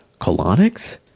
Colonics